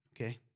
Okay